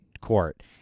court